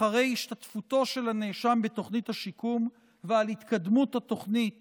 אחרי השתתפותו של הנאשם בתוכנית השיקום ועל התקדמות התוכנית